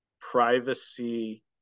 privacy